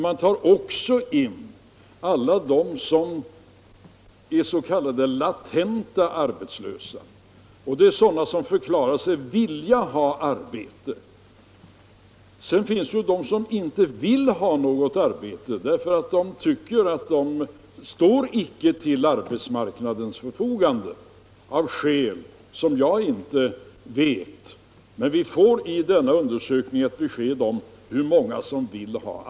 Där tas också med alla som är s.k. latent arbetslösa — sådana som förklarat sig vilja ha ett arbete. Därutöver finns det sådana som inte vill ha något arbete och inte anser sig stå till arbetsmarknadens förfogande av skäl som jag inte känner till.